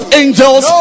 angels